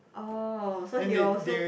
oh so he will also